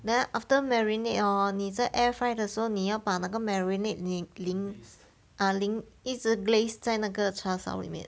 then after marinate hor 你在 air fry 的时候你要把那个 marinade 淋淋 ah 淋一直 glaze 在那个叉烧里面